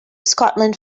scotland